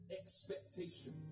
expectation